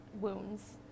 wounds